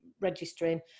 registering